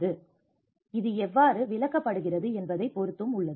எனவே இது எவ்வாறு விலக்கப்படுகிறது என்பதைப் பொருத்தும் உள்ளது